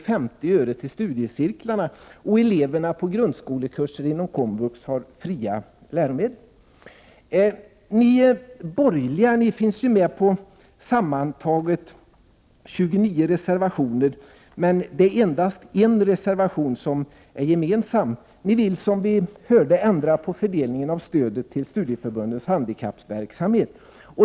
per timme till studiecirklarna. Eleverna på grundskolekursen inom komvux har fria läromedel. Ni borgerliga finns ju med på sammantaget 29 reservationer. Det är dock endast en reservation som är gemensam. Ni vill, som vi hörde, ändra på fördelningen av stödet till studieförbundens handikappverksamhet.